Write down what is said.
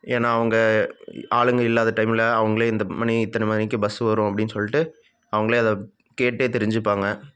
ஏன்னால் அவங்க ஆளுங்கள் இல்லாத டைமில் அவங்களே இந்த மணி இத்தனை மணிக்கு பஸ்ஸு வரும் அப்படின்னு சொல்லிட்டு அவங்களே அதை கேட்டே தெரிஞ்சுப்பாங்க